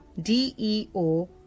D-E-O